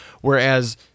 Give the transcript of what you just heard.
whereas